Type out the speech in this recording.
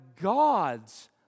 God's